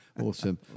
Awesome